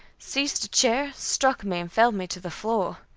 seized a chair, struck me, and felled me to the floor.